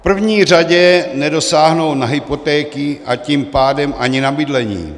V první řadě nedosáhnou na hypotéky, a tím pádem ani na bydlení.